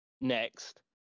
next